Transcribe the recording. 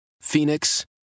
Phoenix